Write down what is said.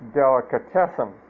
delicatessen